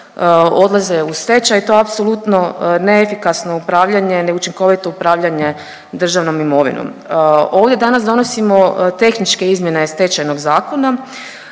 odlaze u stečaj. To je apsolutno neefikasno upravljanje, neučinkovito upravljanje državnom imovinom. Ovdje danas donosimo tehničke izmjene Stečajnog zakona